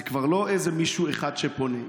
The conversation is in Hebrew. זה כבר לא איזה מישהו אחד שפונה.